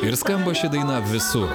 ir skamba ši dainą visur